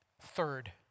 Third